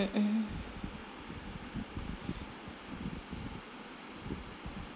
mmhmm